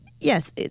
Yes